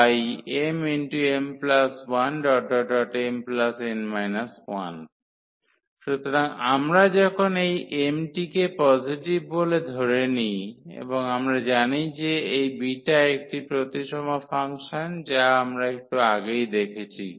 mm1mn 1 সুতরাং আমরা যখন এই m টিকে পজিটিভ বলে ধরে নিই এবং আমরা জানি যে এই বিটা একটি প্রতিসম ফাংশন যা আমরা একটু আগেই দেখেছি